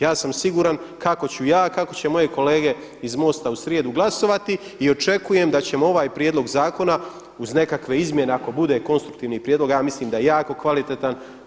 Ja sam siguran kako ću ja, kako će moje kolege iz MOST-a u srijedu glasovati i očekujem da ćemo ovaj prijedlog zakona uz nekakve izmjene ako bude konstruktivni prijedlog a ja mislim da je jako kvalitetan.